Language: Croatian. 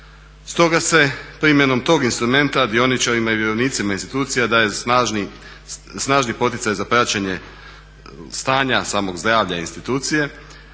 Stoga se primjenom toga instrumenta dioničarima i vjerovnicima institucija daje snažni poticaj za praćenje stanja samog zdravlja institucije,